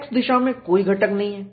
x दिशा में कोई घटक नहीं है